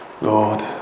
Lord